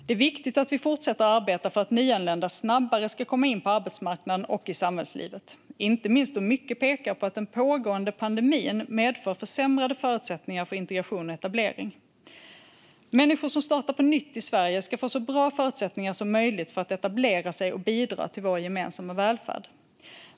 Det är viktigt att vi fortsätter att arbeta för att nyanlända snabbare ska komma in på arbetsmarknaden och i samhällslivet, inte minst då mycket pekar på att den pågående pandemin medför försämrade förutsättningar för integration och etablering. Människor som startar på nytt i Sverige ska få så bra förutsättningar som möjligt för att etablera sig och bidra till vår gemensamma välfärd.